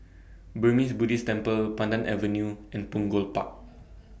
Burmese Buddhist Temple Pandan Avenue and Punggol Park